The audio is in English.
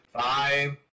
Five